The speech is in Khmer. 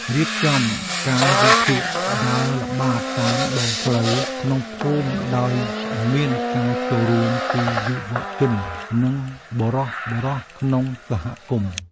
រៀបចំកាលវិភាគដើរល្បាតតាមដងផ្លូវក្នុងភូមិដោយមានការចូលរួមពីយុវជននិងបុរសៗក្នុងសហគមន៍។